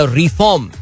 reform